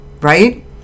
right